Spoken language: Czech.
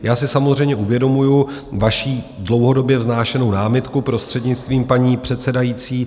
Já si samozřejmě uvědomuji vaši dlouhodobě vznášenou námitku, prostřednictvím paní předsedající.